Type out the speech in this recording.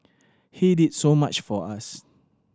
he did so much for us